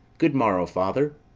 good morrow, father.